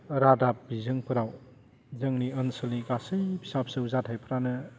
रादाब बिजोंफ्राव जोंनि ओनसोलनि गासै फिसा फिसौ जाथाइफ्रानो